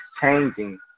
changing